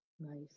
Nice